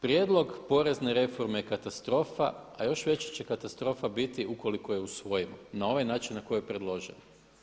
Prijedlog porezne reforme je katastrofa, a još veća će katastrofa biti ukoliko je usvojimo na ovaj način na koji je predložena.